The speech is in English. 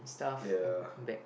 ya